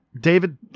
David